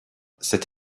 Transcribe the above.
cette